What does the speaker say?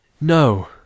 No